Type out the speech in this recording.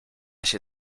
się